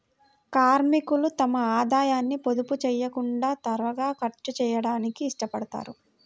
కార్మికులు తమ ఆదాయాన్ని పొదుపు చేయకుండా త్వరగా ఖర్చు చేయడానికి ఇష్టపడతారు